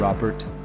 Robert